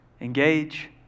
engage